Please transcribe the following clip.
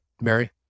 Mary